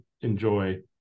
enjoy